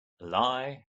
lie